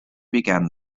began